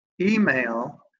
email